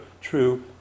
true